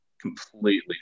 completely